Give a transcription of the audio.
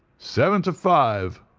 seven to five!